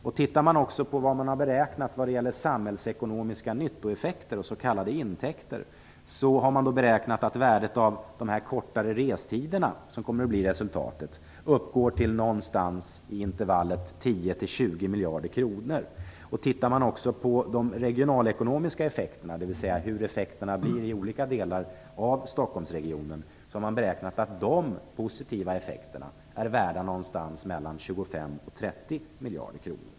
Om man också ser på vad som har beräknats vad gäller samhällsekonomiska nyttoeffekter och s.k. intäkter, framgår att det har beräknats att värdet av de kortare restiderna, som kommer att bli resultatet, uppgår till någonstans i intervallen 10-20 miljarder kronor. Om man ser på de regionala ekonomiska effekterna, dvs. hur effekterna blir i olika delar av Stockholmsregionen, framgår att det har beräknats att de positiva effekterna är värda mellan 25 och 30 miljarder kronor.